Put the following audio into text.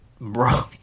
Bro